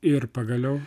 ir pagaliau